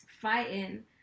fighting